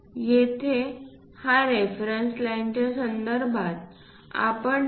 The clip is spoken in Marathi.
येथे या रेफरन्स लाईनच्या संदर्भात आपण ते 2